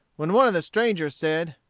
when one of the strangers said,